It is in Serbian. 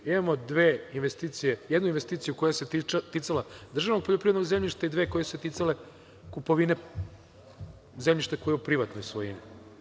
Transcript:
Imamo dve investicije, jednu investiciju koja se ticala državnog poljoprivrednog zemljišta i dve koje su se ticale kupovine zemljišta koje je u privatnoj svojini.